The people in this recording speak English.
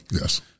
Yes